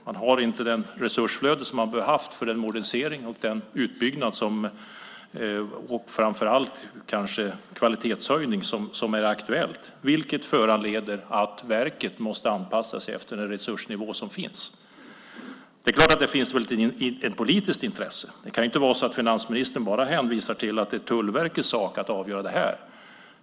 Man har inte det resursflöde som man hade behövt ha för den modernisering, den utbyggnad och framför allt kanske den kvalitetshöjning som är aktuell, vilket föranleder att verket måste anpassa sig till den resursnivå som finns. Det är klart att det finns ett politiskt intresse. Det kan inte vara så att finansministern bara hänvisar till att det är Tullverkets sak att avgöra det här.